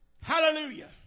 Hallelujah